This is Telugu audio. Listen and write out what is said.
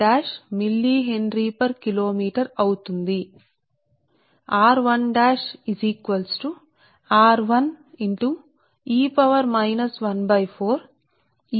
r1 కు మిల్లీ హెన్రీ పర్ కిలోమీటరు గా ఇవ్వబడినది ఇక్కడ r1 r1e 4 కు అంటే 0